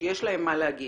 ושיש להם מה להגיד,